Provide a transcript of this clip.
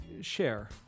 share